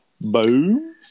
Boom